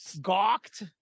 gawked